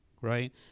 right